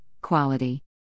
quality